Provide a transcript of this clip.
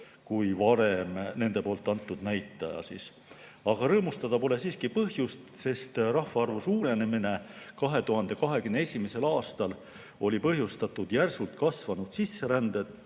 oli varem nende antud näitaja. Aga rõõmustada pole siiski põhjust, sest rahvaarvu suurenemine 2021. aastal oli põhjustatud järsult kasvanud sisserändest,